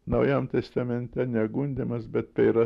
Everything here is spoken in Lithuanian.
naujam testamente ne gundymas bet tai yra